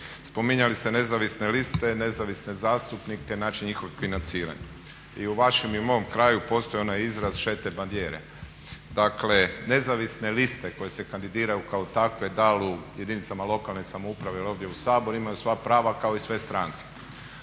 spominjali ste nezavisne liste, nezavisne zastupnike, način njihovog financiranja. I u vašem i u mom kraju postoji onaj izraz sete bandiere. Dakle nezavisne liste koje se kandidiraju kao takve da li u jedinicama lokalne samouprave ili ovdje u Saboru imaju sva prava kao i sve stranke.